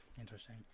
interesting